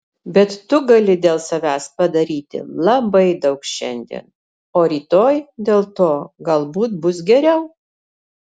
bet tu gali dėl savęs padaryti labai daug šiandien o rytoj dėl to galbūt bus geriau